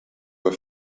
were